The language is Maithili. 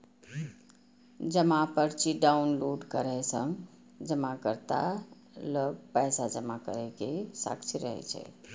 जमा पर्ची डॉउनलोड करै सं जमाकर्ता लग पैसा जमा करै के साक्ष्य रहै छै